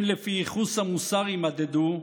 אם לפי ייחוס המוסר יימדדו,